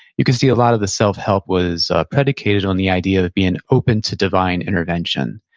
you can see a lot of the self-help was predicated on the idea of being open to divine intervention,